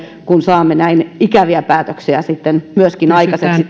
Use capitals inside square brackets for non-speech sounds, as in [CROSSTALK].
kun saamme näin ikäviä päätöksiä myöskin aikaiseksi tähän [UNINTELLIGIBLE]